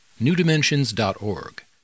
newdimensions.org